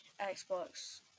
Xbox